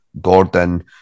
Gordon